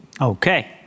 Okay